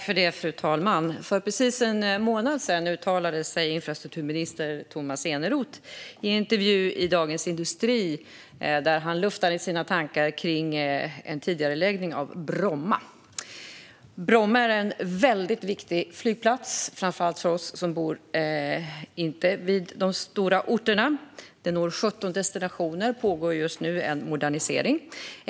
Fru talman! För precis en månad sedan uttalade sig infrastrukturminister Tomas Eneroth i en intervju i Dagens industri, där han luftade sina tankar kring en tidigareläggning av nedläggningen av Bromma. Bromma är en väldigt viktig flygplats, framför allt för oss som inte bor vid de stora orterna. Från Bromma kan man nå 17 destinationer, och det pågår just nu en modernisering.